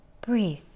Breathe